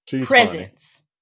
Presence